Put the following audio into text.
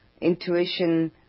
Intuition